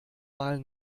mal